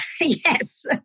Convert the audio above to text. yes